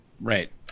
Right